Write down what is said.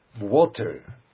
water